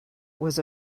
was